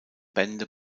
bände